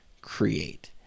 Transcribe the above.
create